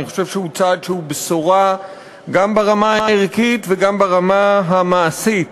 אני חושב שהוא צעד שהוא בשורה גם ברמה הערכית וגם ברמה המעשית